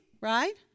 right